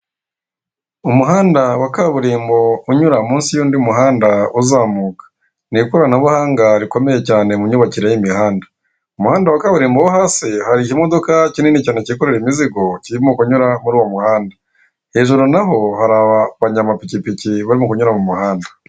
Umuhanda wa kaburimbo unyura munsi y'undi muhanda uzamuka, ni ikoranabuhanga rikomeye cyane mu myubakire y'imihanda. Umuhanda wa kaburimbo wo hasi hari ikimodoka kinini cyane cyikorera imizigo kirimo kunyura muri uwo muhanda, hejuru naho hari abanyamapikipiki barimo kunyura mu muhanda.